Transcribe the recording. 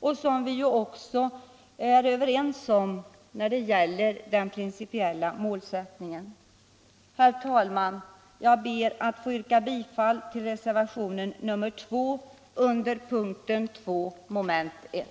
och som vi också är överens om -— jag tänker på den principiella målsättningen. Herr talman! Jag ber att få yrka bifall till reservationen 2 under punkten 2 mom. 1.